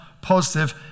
positive